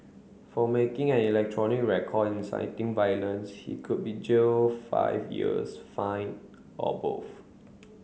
for making an electronic record inciting violence he could be jailed five years fined or both